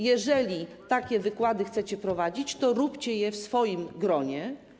Jeżeli takie wykłady chcecie prowadzić, to róbcie je w swoim gronie.